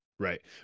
Right